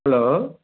hello